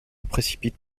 précipite